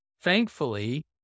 thankfully